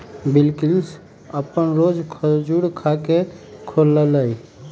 बिलकिश अप्पन रोजा खजूर खा के खोललई